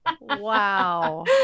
Wow